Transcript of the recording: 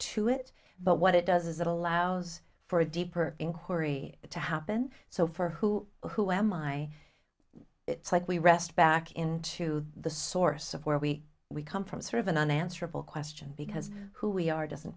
to it but what it does is it allows for a deeper inquiry to happen so for who who am i it's like we rest back into the source of where we we come from sort of an unanswerable question because who we are doesn't